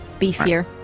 Beefier